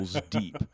deep